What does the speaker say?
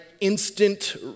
instant